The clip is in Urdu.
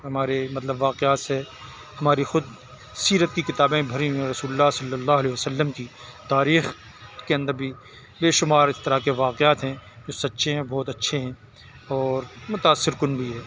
ہمارے مطلب واقعات سے ہماری خود سیرت کی کتابیں بھری ہوئی ہیں اور رسول اللہ صلی اللہ علیہ وسلم کی تاریخ کے اندر بھی بے شمار اس طرح کے واقعات ہیں جو سچے ہیں بہت اچھے ہیں اور متأثرکن بھی ہے